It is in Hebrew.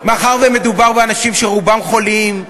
מאחר שמדובר באנשים שרובם חולים,